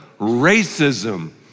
racism